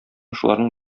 шуларның